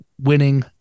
winning